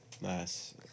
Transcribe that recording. Nice